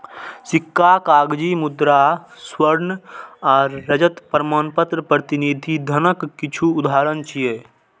सिक्का, कागजी मुद्रा, स्वर्ण आ रजत प्रमाणपत्र प्रतिनिधि धनक किछु उदाहरण छियै